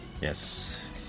Yes